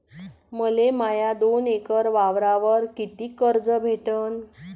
मले माया दोन एकर वावरावर कितीक कर्ज भेटन?